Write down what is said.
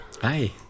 Hi